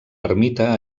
ermita